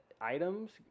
items